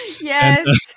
yes